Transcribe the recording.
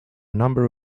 number